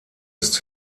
ist